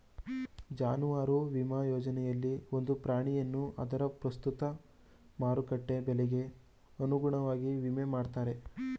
ಜಾನುವಾರು ವಿಮಾ ಯೋಜನೆಯಲ್ಲಿ ಒಂದು ಪ್ರಾಣಿಯನ್ನು ಅದರ ಪ್ರಸ್ತುತ ಮಾರುಕಟ್ಟೆ ಬೆಲೆಗೆ ಅನುಗುಣವಾಗಿ ವಿಮೆ ಮಾಡ್ತಾರೆ